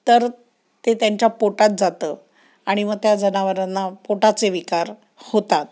तर ते त्यांच्या पोटात जातं आणि मग त्या जनावरांना पोटाचे विकार होतात